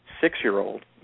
six-year-old